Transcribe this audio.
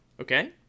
Okay